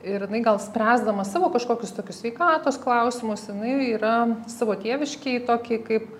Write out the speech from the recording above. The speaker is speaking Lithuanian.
ir jinai gal spręsdama savo kažkokius tokius sveikatos klausimus jinai yra savo tėviškę į tokį kaip